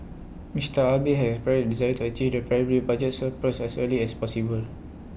Mister Abe has expressed desire to achieve the primary budgets surplus as early as possible